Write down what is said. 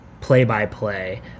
play-by-play